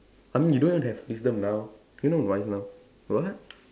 I mean you don't even have wisdom now you no wise now what